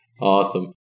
Awesome